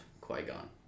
Qui-Gon